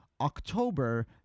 october